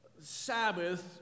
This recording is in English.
Sabbath